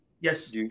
Yes